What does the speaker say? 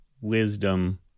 wisdom